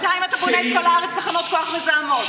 בינתיים אתה בונה בכל הארץ תחנות כוח מזהמות.